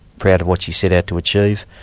proud of what she set out to achieve,